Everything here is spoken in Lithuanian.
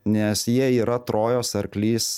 nes jie yra trojos arklys